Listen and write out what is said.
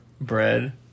bread